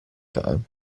time